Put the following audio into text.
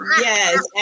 Yes